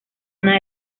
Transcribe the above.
ana